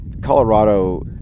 Colorado